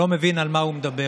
לא מבין על מה הוא מדבר.